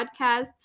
podcast